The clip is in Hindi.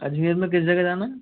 अजमेर में किस जगह जाना है